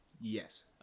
Yes